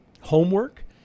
homework